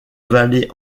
vallée